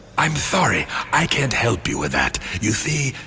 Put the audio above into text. i'm sorry, i can't help you with that. you see,